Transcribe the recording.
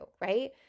right